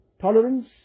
tolerance